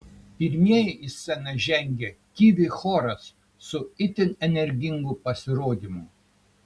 pirmieji į sceną žengė kivi choras su itin energingu pasirodymu